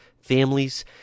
families